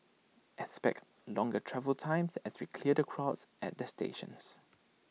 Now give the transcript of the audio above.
expect longer travel times as we clear the crowds at the stations